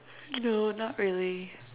no not really